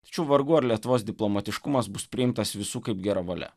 tačiau vargu ar lietuvos diplomatiškumas bus priimtas visų kaip gera valia